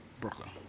Brooklyn